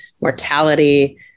mortality